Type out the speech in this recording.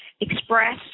express